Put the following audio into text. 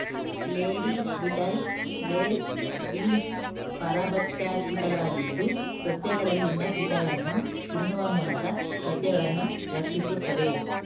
lady beetles, lacewings ಪರಭಕ್ಷ ಕೀಟಗಳಾಗಿದ್ದು, ಸಸ್ಯಗಳಲ್ಲಿನ ಕೀಟಗಳನ್ನು ತಿನ್ನುವ ಮೂಲಕ ಸಸ್ಯಗಳನ್ನು ರಕ್ಷಿಸುತ್ತದೆ